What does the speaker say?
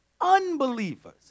unbelievers